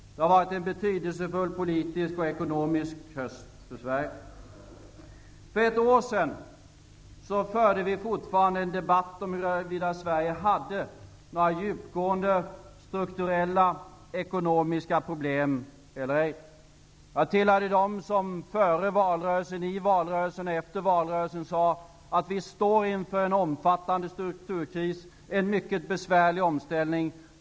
Det har varit en betydelsefull politisk och ekonomisk höst för Sverige. För ett år sedan förde vi fortfarande en debatt om huruvida Sverige hade några djupgående strukturella ekonomiska problem eller ej. Jag tillhörde dem som före valrörelsen, i valrörelsen och efter valrörelsen sade att vi står inför en omfattande strukturkris och en mycket besvärlig omställning.